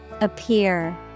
appear